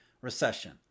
recession